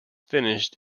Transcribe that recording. finished